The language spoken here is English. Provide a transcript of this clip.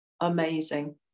amazing